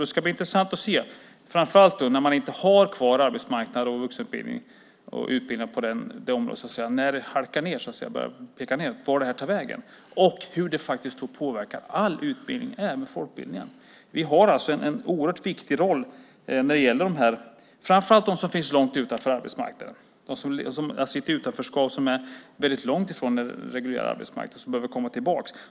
Det ska bli intressant att se vart det tar vägen när det halkar ned och börjar peka nedåt, framför allt när man inte har kvar arbetsmarknads och vuxenutbildningen, och hur det påverkar all utbildning, även folkbildningen. Vi har en oerhört viktig roll när det gäller dem som finns långt ifrån den reguljära arbetsmarknaden i utanförskap och som behöver komma tillbaka.